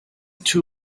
two